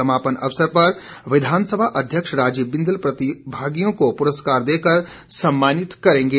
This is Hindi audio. समापन अवसर पर विधानसभा अध्यक्ष राजीव बिंदल प्रतिभागियों को पुरस्कार देकर सम्मानित करेंगे